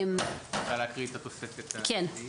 תקריאי את התוספת השביעית.